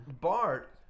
Bart